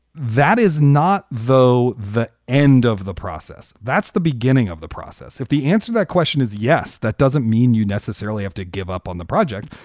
that is not, though, the end of the process. that's the beginning of the process. if the answer to that question is yes, that doesn't mean you necessarily have to give up on the project.